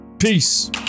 Peace